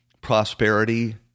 prosperity